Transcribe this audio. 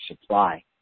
supply